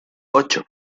ocho